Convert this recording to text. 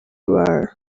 war